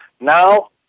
Now